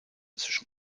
zwischen